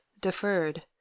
deferred